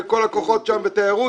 כל הכוחות שם והתיירות,